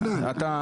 כן, אתה נהנה.